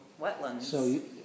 wetlands